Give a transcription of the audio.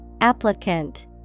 Applicant